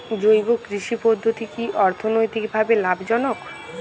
জৈব কৃষি পদ্ধতি কি অর্থনৈতিকভাবে লাভজনক?